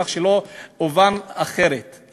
כדי שלא אובן אחרת,